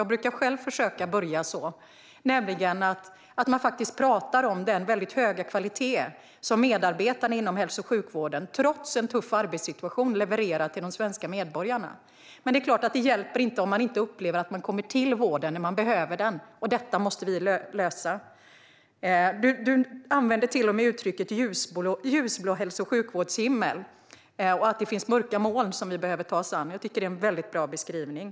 Jag brukar själv inleda så, nämligen med att prata om den väldigt höga kvalitet som medarbetarna inom hälso och sjukvården, trots en tuff arbetssituation, levererar till de svenska medborgarna. Men det är klart att det inte hjälper om människor upplever att de inte kommer fram till vården när de behöver den. Detta måste vi lösa. Du använde till och med uttrycket ljusblå hälso och sjukvårdshimmel och sa att det finns mörka moln som vi behöver ta oss an. Jag tycker att det är en väldigt bra beskrivning.